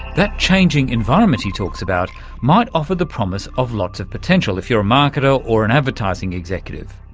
that changing environment he talks about might offer the promise of lots of potential if you're a marketer or an advertising executive,